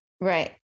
Right